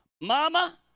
mama